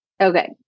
Okay